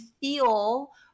feel